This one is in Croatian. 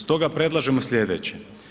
Stoga predlažemo slijedeće.